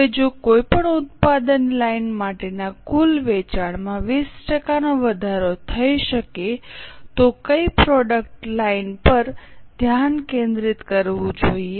હવે જો કોઈપણ ઉત્પાદન લાઇન માટેના કુલ વેચાણમાં 20 ટકાનો વધારો થઈ શકે તો કઇ પ્રોડક્ટ લાઇન પર ધ્યાન કેન્દ્રિત કરવું જોઈએ